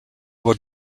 will